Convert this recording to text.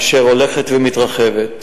אשר הולכת ומתרחבת.